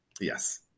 yes